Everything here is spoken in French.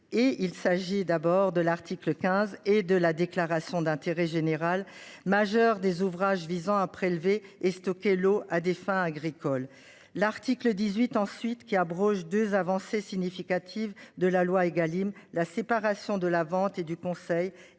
et il s'agit d'abord de l'article 15 et de la déclaration d'intérêt général majeur des ouvrages visant à prélever et stocker l'eau à des fins agricoles. L'article 18 ensuite qui abroge 2 avancée significative de la loi Egalim. La séparation de la vente et du conseil